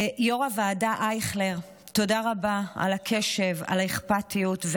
יו"ר הוועדה אייכלר, תודה רבה על הקשב והאכפתיות.